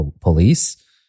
police